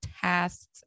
tasks